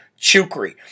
Chukri